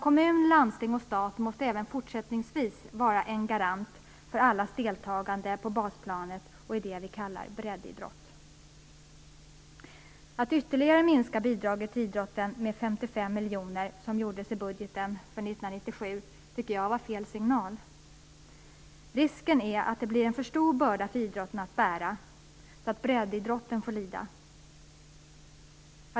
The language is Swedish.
Kommun, landsting och stat måste även fortsättningsvis vara en garant för allas deltagande på basplanet och i det vi kallar breddidrott. Jag tycker att det var fel signal att ytterligare minska bidraget till idrotten med 55 miljoner, som gjordes i budgeten för 1997. Risken är att det blir en för stor börda för idrotten att bära så att breddidrotten får lida.